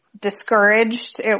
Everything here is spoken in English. discouraged